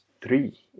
three